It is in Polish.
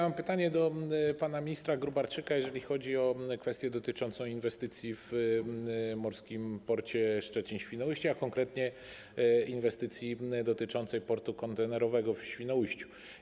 Mam pytanie do pana ministra Gróbarczyka, jeżeli chodzi o kwestię dotyczącą inwestycji w morskim porcie Szczecin-Świnoujście, a konkretnie inwestycji dotyczącej portu kontenerowego w Świnoujściu.